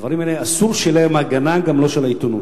אסור שתהיה לדברים הגנה, גם לא של העיתונות.